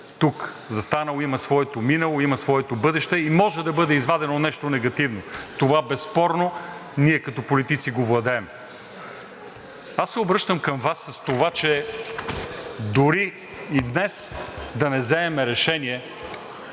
е застанал тук, има своето минало, има своето бъдеще и може да бъде извадено нещо негативно. Това безспорно ние като политици го владеем. Аз се обръщам към Вас с това, че дори и днес да не вземем решение,